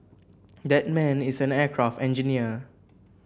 that man is an aircraft engineer